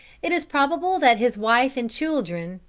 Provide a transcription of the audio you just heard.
it is probable that his wife and children,